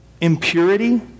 impurity